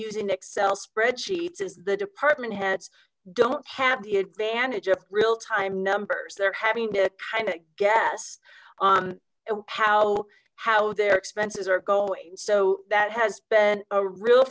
using excel spreadsheets as the department heads don't have the advantage of time numbers they're having to kind of guess on how how their expenses are going so that has been a real